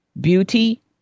beauty